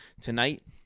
tonight